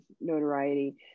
notoriety